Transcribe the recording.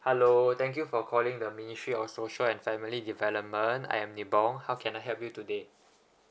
hello thank you for calling the ministry of social and family development I am nibong how can I help you today